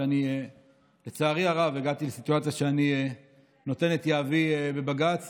ואני לצערי הרב הגעתי לסיטואציה שאני משליך את יהבי בבג"ץ